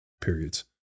periods